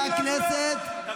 עליהם, לא,